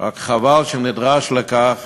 רק חבל שנדרש לכך